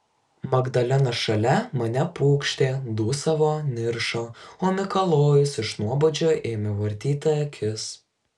magdalena šalia mane pūkštė dūsavo niršo o mikalojus iš nuobodžio ėmė vartyti akis